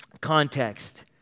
context